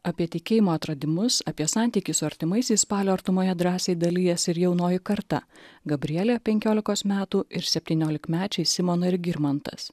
apie tikėjimo atradimus apie santykį su artimaisiais spalio artumoje drąsiai dalijasi ir jaunoji karta gabrielė penkiolikos metų ir septyniolikmečiai simona ir girmantas